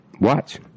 Watch